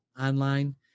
online